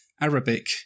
Arabic